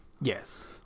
yes